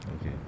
Okay